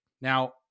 Now